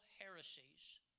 heresies